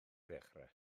ddechrau